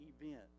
event